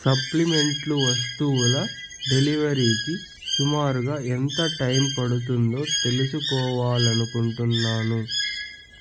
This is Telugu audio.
సప్లిమెంట్లు వస్తువుల డెలివరీకి సుమారుగా ఎంత టైం పడుతుందో తెలుసుకోవాలనుకుంటున్నాను